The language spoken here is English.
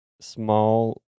small